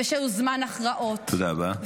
ושזהו זמן הכרעות -- תודה רבה.